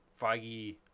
Feige